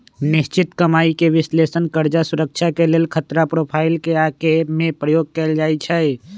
निश्चित कमाइके विश्लेषण कर्जा सुरक्षा के लेल खतरा प्रोफाइल के आके में प्रयोग कएल जाइ छै